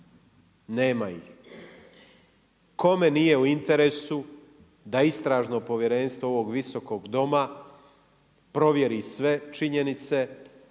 Nema ih. Kome nije u interesu da istražno povjerenstvo ovog Visokog doma provjeri sve činjenice,